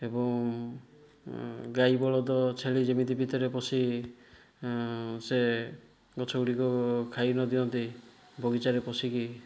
ଏବଂ ଗାଈ ବଳଦ ଛେଳି ଯେମିତି ଭିତରେ ପଶି ସେ ଗଛ ଗୁଡ଼ିକ ଖାଇ ନଦିଅନ୍ତି ବଗିଚାରେ ପଶିକି